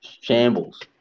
Shambles